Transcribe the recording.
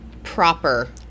proper